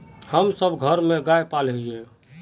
हम सब घर में गाय पाले हिये?